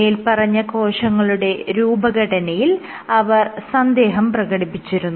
മേല്പറഞ്ഞ കോശങ്ങളുടെ രൂപഘടനയിൽ അവർ സന്ദേഹം പ്രകടപ്പിച്ചിരുന്നു